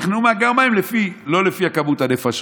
תכננו מאגר מים לא לפי מספר הנפשות.